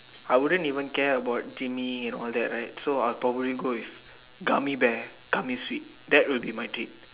I wouldn't even care about gymming and all that right so I will probably go with gummy bear gummy sweet that would be my treat